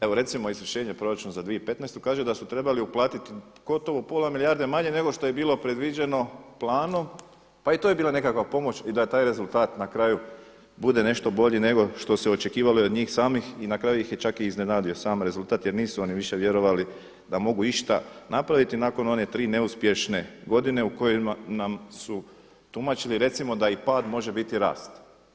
Evo recimo izvršenje proračuna 2015. kaže da su trebali uplatiti gotovo pola milijarde manje nego što je bilo predviđeno planom, pa i to je bila nekakva pomoć i da taj rezultat na kraju bude nešto bolji nego što se očekivalo i od njih samih i na kraju ih je čak i iznenadio sam rezultat jer nisu oni više vjerovali da mogu išta napraviti nakon one 3 neuspješne godine u kojima su nam tumačili recimo da i pad može biti rast.